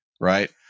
Right